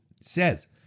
says